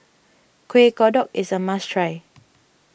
Kueh Kodok is a must try